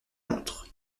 montre